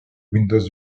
windows